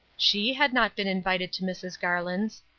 she had not been invited to mrs. garland's.